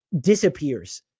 disappears